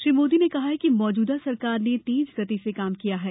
श्री मोदी ने कहा कि मौजूदा सरकार ने तेज गति से काम किया है